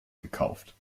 gekauft